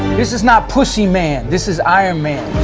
this is not pussy man, this is iron man.